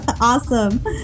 Awesome